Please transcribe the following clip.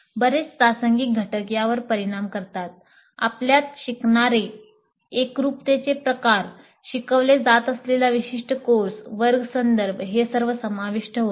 बरेच प्रसंगनिष्ठ घटक यावर परिणाम करतात आपल्यात शिकणारे एकरूपतेचे प्रकार शिकवले जात असलेला विशिष्ट कोर्स वर्ग संदर्भ हे सर्व समाविष्ठ होईल